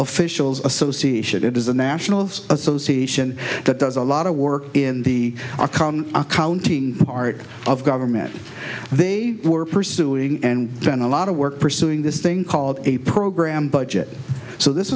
officials association it is the national association that does a lot of work in the r come accounting art of government they were pursuing and then a lot of work pursuing this thing called a program budget so this